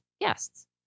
guests